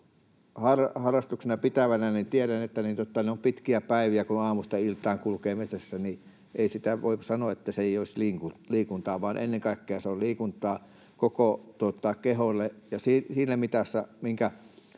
harrastuksenani pitävänä tiedän, että ne ovat pitkiä päiviä, kun aamusta iltaan kulkee metsässä. Ei voi sanoa, että se ei olisi liikuntaa, vaan ennen kaikkea se on liikuntaa koko keholle ja siinä mitassa, missä